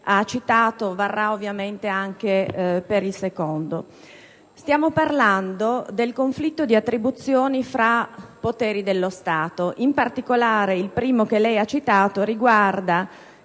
ha citato varrà, ovviamente, anche per il secondo. Stiamo parlando di conflitti di attribuzione fra poteri dello Stato. In particolare, il primo che lei ha citato riguarda